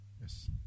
Yes